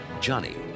Johnny